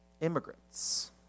immigrants